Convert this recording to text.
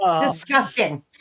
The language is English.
disgusting